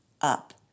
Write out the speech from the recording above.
up